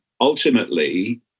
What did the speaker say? ultimately